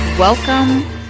Welcome